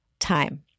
time